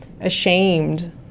ashamed